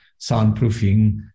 soundproofing